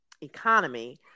economy